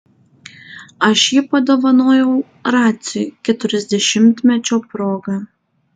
aš jį padovanojau raciui keturiasdešimtmečio proga